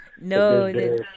No